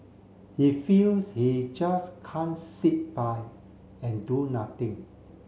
he feels he just can't sit by and do nothing